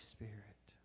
Spirit